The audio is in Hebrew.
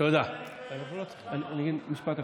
רק משפט אחד.